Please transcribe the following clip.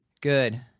Good